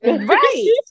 Right